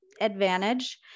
advantage